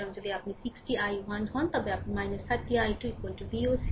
সুতরাং যদি আপনি 60 i 1 হন তবে আপনার 30 i 2 Voc